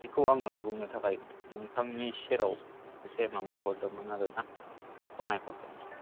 बिखौ आङो बुंनो थाखाय नोंथांनि सेराव एसे माबा हरदोंमोन आरो ना ज'नायहदोंमोन